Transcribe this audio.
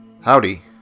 Howdy